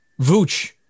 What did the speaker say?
Vooch